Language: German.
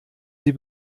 sie